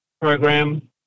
program